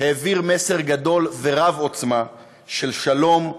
העביר מסר גדול ורב-עוצמה של שלום,